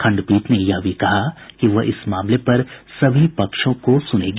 खंडपीठ ने यह भी कहा कि वह इस मामले पर सभी पक्षों को सुनेगी